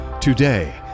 Today